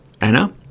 Anna